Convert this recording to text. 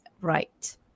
right